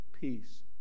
Peace